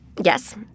Yes